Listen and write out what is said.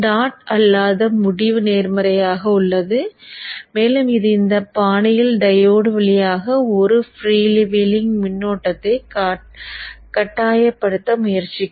dot அல்லாத முடிவு நேர்மறையாக உள்ளது மேலும் இது இந்த பாணியில் டையோடு வழியாக ஒரு ஃப்ரீவீலிங் மின்னோட்டத்தை கட்டாயப்படுத்த முயற்சிக்கும்